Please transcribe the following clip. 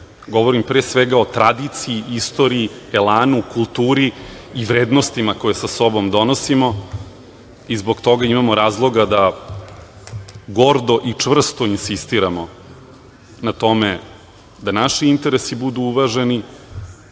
Govorim pre svega o tradiciji, istoriji, elanu, kulturi i vrednostima koje sa sobom donosimo i zbog toga imamo razloga da gordo i čvrsto insistiramo na tome da naši interesi budu uvaženi. Da